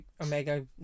Omega